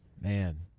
Man